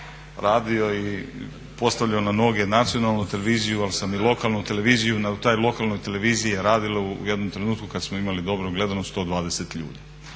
radio i postavljen na mnoge i nacionalnu televiziju ali sam i lokalnu televiziju, na toj lokalnoj televiziji je radilo u jednom trenutku kad smo imali dobru gledanost 120 ljudi.